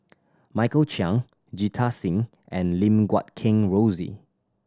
Michael Chiang Jita Singh and Lim Guat Kheng Rosie